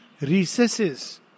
recesses